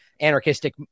anarchistic